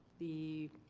the